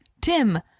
Tim